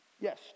Yes